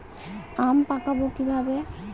আম পাকাবো কিভাবে?